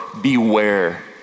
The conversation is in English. beware